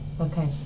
Okay